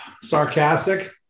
sarcastic